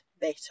better